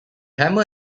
hammer